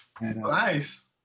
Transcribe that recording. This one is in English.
Nice